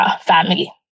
family